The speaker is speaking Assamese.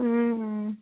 ও ও